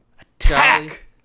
Attack